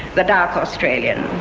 the dark australian.